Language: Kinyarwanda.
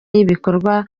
y’ibikorwa